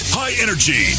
high-energy